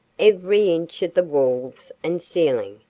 every inch of the walls and ceiling,